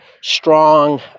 strong